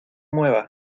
mueva